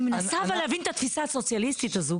אני מנסה להבין את התפיסה הסוציאליסטית הזאת,